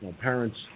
parents